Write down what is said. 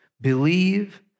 Believe